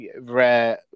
rare